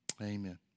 Amen